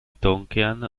tonkean